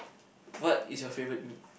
what is your favourite meat